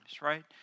right